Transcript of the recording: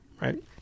Right